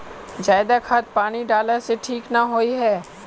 ज्यादा खाद पानी डाला से ठीक ना होए है?